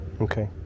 Okay